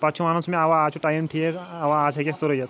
پَتہٕ چھُ وَنان سُہ مےٚ اوا آز چھُ ٹایم ٹھیٖک اوا آز ہیٚکیٚکھ ژٕ رُیِتھ